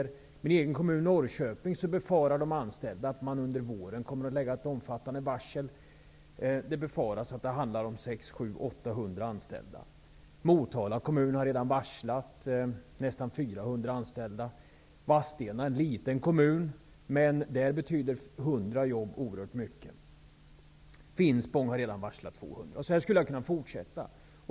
I min egen hemkommun Norrköping befarar de anställda att man under våren kommer att lägga ett omfattande varsel som berör 600--800 anställda. Motala kommun har redan varslat nästan 400 anställda. I Vadstena kommun, som är en liten kommun, betyder 100 jobb oerhört mycket. Finspång har redan varslat 200. Så här skulle jag kunna fortsätta.